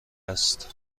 است